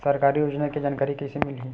सरकारी योजना के जानकारी कइसे मिलही?